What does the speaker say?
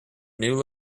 new